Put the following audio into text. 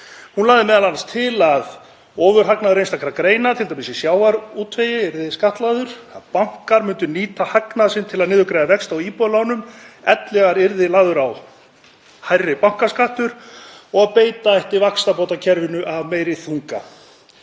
Hún lagði m.a. til að ofurhagnaður einstakra greina, t.d. í sjávarútvegi, yrði skattlagður, að bankar myndu nýta hagnað sinn til að niðurgreiða vexti á íbúðalánum ellegar yrði lagður á hærri bankaskattur og að beita ætti vaxtabótakerfinu af meiri þunga.